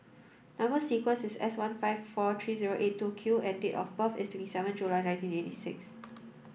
number sequence is S one five four three zero eight two Q and date of birth is twenty seven July nineteen eighty six